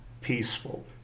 peaceful